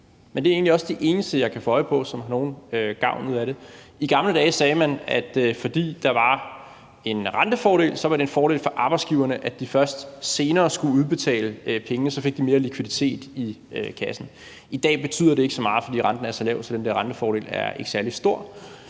er egentlig også de eneste, jeg kan få øje på som har nogen gavn af det. I gamle dage sagde man, at det, fordi der var en rentefordel, var en fordel for arbejdsgiverne, at de først senere skulle udbetale pengene, og så fik de mere likviditet i kassen. I dag betyder det ikke så meget, fordi renten er så lav, at den der rentefordel ikke er særlig stor,